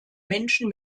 menschen